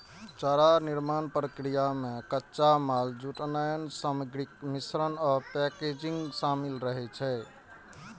चारा निर्माण प्रक्रिया मे कच्चा माल जुटेनाय, सामग्रीक मिश्रण आ पैकेजिंग शामिल रहै छै